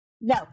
No